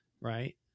right